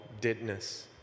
deadness